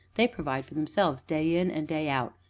they provide for themselves, day in and day out,